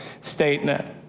statement